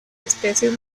especies